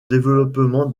développement